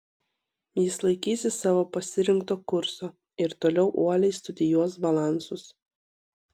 jis laikysis savo pasirinkto kurso ir toliau uoliai studijuos balansus